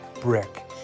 brick